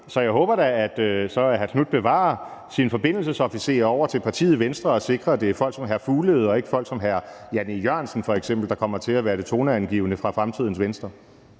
så jeg håber da, at hr. Marcus Knuth bevarer sin position som forbindelsesofficer til partiet Venstre og sikrer, at det er folk som hr. Mads Fuglede og ikke folk som f.eks. hr. Jan E. Jørgensen, der kommer til at være toneangivende i fremtidens Venstre.